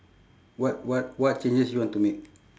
what what what changes you want to make